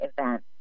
event